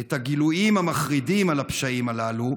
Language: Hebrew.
את הגילויים המחרידים על הפשעים הללו,